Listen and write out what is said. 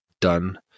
done